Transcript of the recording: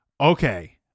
okay